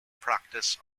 practice